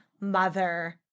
mother